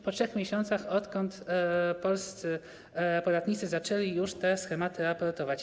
Po 3 miesiącach, kiedy polscy podatnicy zaczęli już te schematy raportować.